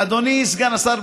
אדוני סגן השר